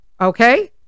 okay